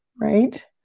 right